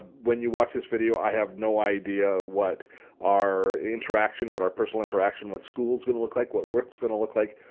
when you watch this video i have no idea what our interaction, what our personal interaction with school's gonna look like, what work's gonna look like.